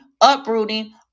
uprooting